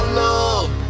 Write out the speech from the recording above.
love